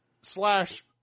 slash